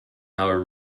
our